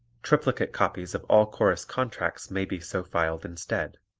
triplicate copies of all chorus contracts may be so filed instead.